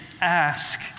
ask